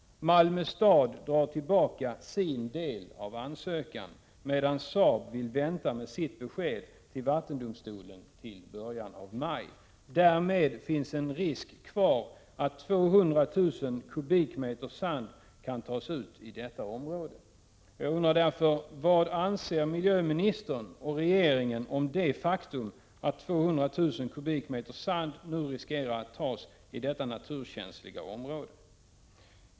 Malmö stad drar tillbaka sin del av ansökan, medan Saab vill vänta med sitt besked till vattendomstolen till början av maj. Därmed finns en risk kvar att 200 000 kubikmeter sand tas ut i detta område. Jag undrar därför: Vad anser miljöministern och regeringen om det faktum att det nu finns risk för att 200 000 kubikmeter sand tas i detta naturkänsliga område?